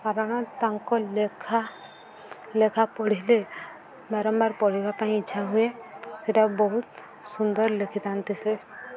କାରଣ ତାଙ୍କ ଲେଖା ଲେଖା ପଢ଼ିଲେ ବାରମ୍ବାର ପଢ଼ିବା ପାଇଁ ଇଚ୍ଛା ହୁଏ ସେଇଟା ବହୁତ ସୁନ୍ଦର ଲେଖିଥାନ୍ତି ସେ